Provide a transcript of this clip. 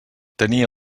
tenia